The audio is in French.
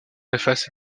préfaces